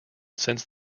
since